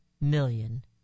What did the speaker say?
million